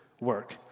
work